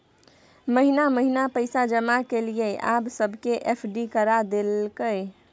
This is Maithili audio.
महिना महिना पैसा जमा केलियै आब सबके एफ.डी करा देलकै